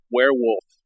Werewolf